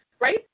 Right